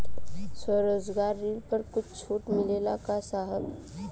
स्वरोजगार ऋण पर कुछ छूट मिलेला का साहब?